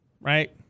right